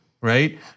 right